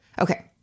Okay